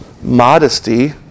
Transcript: Modesty